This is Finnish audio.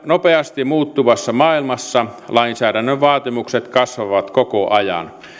nopeasti muuttuvassa maailmassa lainsäädännön vaatimukset kasvavat koko ajan